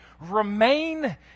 Remain